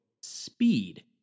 speed